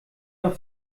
noch